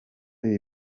ibi